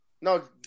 No